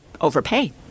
overpay